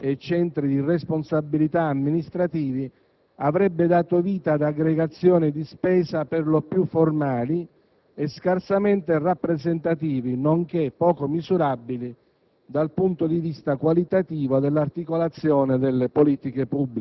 L'attuale classificazione in unità previsionali di base e centri di responsabilità amministrativi avrebbe dato vita ad aggregazioni di spesa per lo più formali e scarsamente rappresentativi, nonché poco misurabili